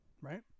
right